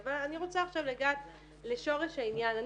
אבל אני רוצה עכשיו לגעת בשורש העניין.